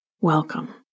Welcome